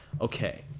Okay